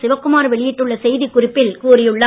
சிவக்குமார் வெளியிட்டுள்ள செய்திக்குறிப்பில் கூறியுள்ளார்